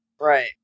Right